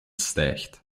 stijgt